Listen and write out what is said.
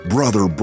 Brother